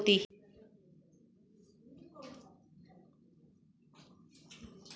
समुद्री पशुपालन में समुद्री प्रजातियों को अलग से कृत्रिम फ़ीड की आवश्यकता नहीं होती